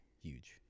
huge